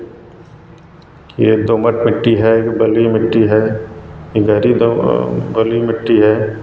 कि यह दोमट मिट्टी है कि बलुई मिट्टी है इगरीद बलुई मिट्टी है